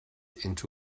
into